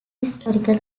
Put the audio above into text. historical